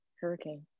hurricane